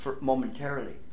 momentarily